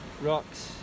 Rocks